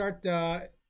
start